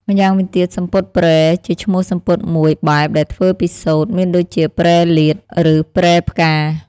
ម្យ៉ាងវិញទៀតសំពត់ «ព្រែ» ជាឈ្មោះសំពត់មួយបែបដែលធ្វើពីសូត្រ មានដូចជាព្រែលាត ឬព្រែផ្កា។